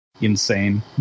insane